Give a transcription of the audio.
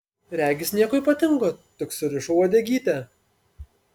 regis nieko ypatingo tik surišo uodegytę